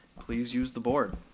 please use the board.